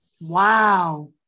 wow